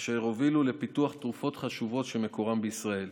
אשר הובילו לפיתוח תרופות חשובות, מקורם בישראל.